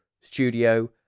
studio